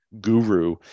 guru